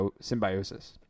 symbiosis